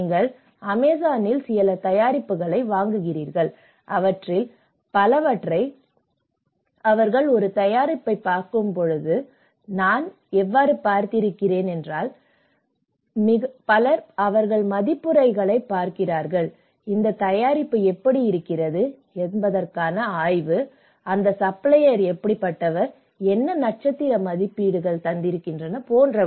நீங்கள் அமேசானில் சில தயாரிப்புகளை வாங்குகிறீர்கள் அவற்றில் பலவற்றை அவர்கள் ஒரு தயாரிப்பைப் பார்க்கும்போது நான் பார்த்திருக்கிறேன் அவர்கள் மதிப்புரைகளைப் பார்க்கிறார்கள் இந்த தயாரிப்பு எப்படி இருக்கிறது என்பதற்கான ஆய்வு அந்த சப்ளையர் எப்படி இருக்கிறார் என்ன நட்சத்திர மதிப்பீடுகள் போன்றவை